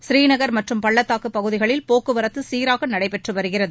ஸ்ரீநகர் மற்றும் பள்ளத்தாக்கு பகுதிகளில் போக்குவரத்து சீராக நடைபெற்று வருகிறது